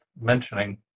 mentioning